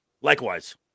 likewise